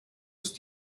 ist